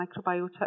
microbiota